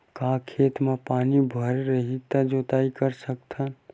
का खेत म पानी भरे रही त जोताई कर सकत हन?